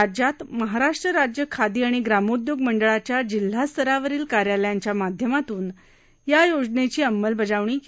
राज्यात महाराष्ट्र राज्य खादी आणि ग्रामोदयोग मंडळाच्या जिल्हास्तरावरील कार्यालयांच्या माध्यमातून या योजनेची अंमलबजावणी केली जाणार आहे